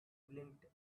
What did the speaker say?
blinked